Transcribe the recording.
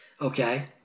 Okay